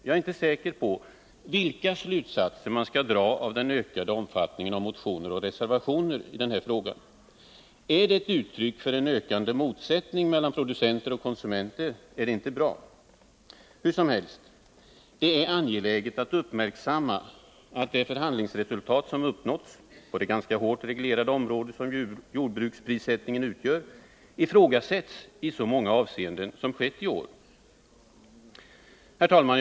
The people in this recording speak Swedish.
Jag är inte säker på vilka slutsatser man skall dra av den ökade omfattningen av motioner och reservationer i denna fråga. Är det ett uttryck för en ökande motsättning mellan producenter och konsumenter är det inte bra. Hur som helst är det angeläget att uppmärksamma att det förhandlingsresultat som uppnåtts, på det ganska hårt reglerade område som jordbruksprissättningen utgör, ifrågasätts i så många avseenden, vilket ju sker i år. Herr talman!